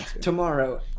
Tomorrow